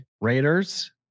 Raiders